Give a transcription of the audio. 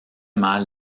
mal